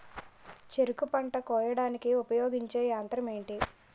చెరుకు పంట కోయడానికి ఉపయోగించే యంత్రం ఎంటి?